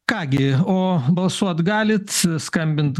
ką gi o balsuot galit skambint